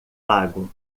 lago